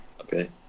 Okay